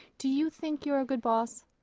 do you think you're a good boss?